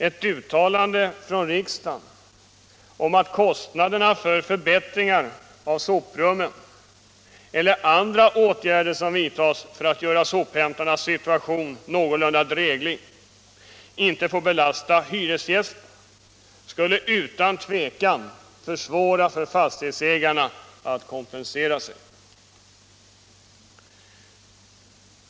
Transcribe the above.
Ett uttalande från riksdagen om att kostnaderna för förbättringar av soprummen eller andra åtgärder som vidtas för att göra sophämtarnas Situation någorlunda dräglig inte får belasta hyresgästerna skulle utan tvivel försvåra för fastighetsägarna att kompensera sig.